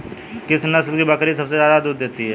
किस नस्ल की बकरी सबसे ज्यादा दूध देती है?